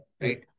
right